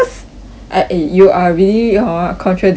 I eh you are really hor contradicting throughout